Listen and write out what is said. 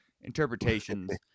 interpretations